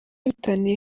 bitaniye